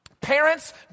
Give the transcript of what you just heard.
parents